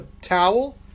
towel